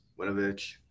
Winovich